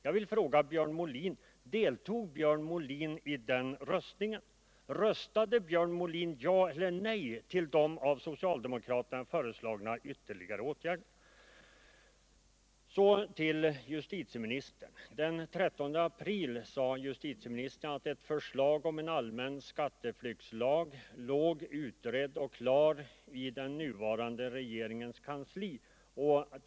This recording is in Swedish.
Jag vill fråga: Deltog Björn Molin i den röstningen? Röstade Björn Molin ja eller nej till de av socialdemokraterna föreslagna ytterligare åtgärderna? Så till justitieministern! Den 13 april sade justitieministern att ett förslag om en allmän skatteflyktslag fanns färdigt i den nuvarande regeringens kansli.